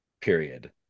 period